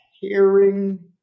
Hearing